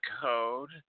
code